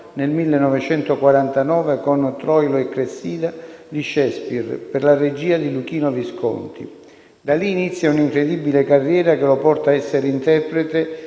nel 1949 con «Troilo e Cressida» di Shakespeare, per la regia di Luchino Visconti. Da lì inizia un'incredibile carriera, che lo porta ad essere interprete